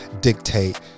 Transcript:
dictate